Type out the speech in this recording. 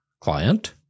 client